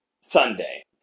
Sunday